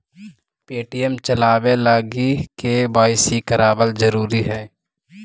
Paytm चलाबे लागी KYC करबाबल जरूरी हई